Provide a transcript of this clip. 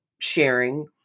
sharing